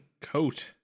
coat